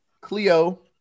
Cleo